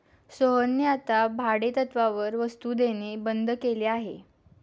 सोहनने आता भाडेतत्त्वावर वस्तु देणे बंद केले आहे